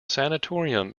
sanatorium